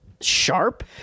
sharp